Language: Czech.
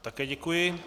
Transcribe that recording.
Také děkuji.